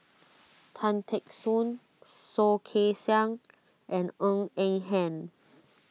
Tan Teck Soon Soh Kay Siang and Ng Eng Hen